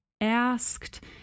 asked